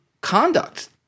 conduct